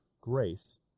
grace